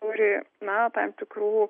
turi na tam tikrų